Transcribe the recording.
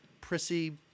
prissy